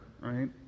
right